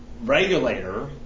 Regulator